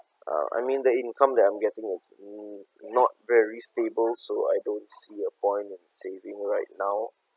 uh I mean the income that I'm getting is mm not very stable so I don't see a point of saving right now